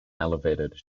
elevated